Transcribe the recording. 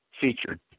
featured